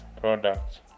products